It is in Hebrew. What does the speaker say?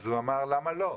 אז הוא אמר, למה לא?